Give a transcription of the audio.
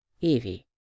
Evie